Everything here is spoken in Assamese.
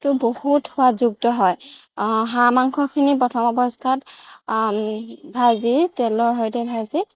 টো বহুত সোৱাদযুক্ত হয় হাঁহ মাংসখিনি প্ৰথম অৱস্থাত ভাজি তেলৰ সৈতে ভাজি